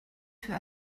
für